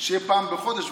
פעם בחודש,